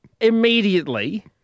immediately